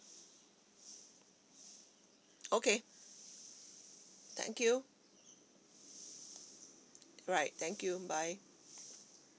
okay thank you right thank you bye